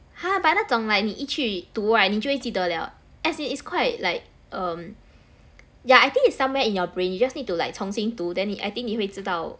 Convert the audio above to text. !huh! but 那种 like 你一去读 right 你就会记得 liao as in it's quite like um yeah I think it's somewhere in your brain you just need to like 重新读 then 你 I think 你会知道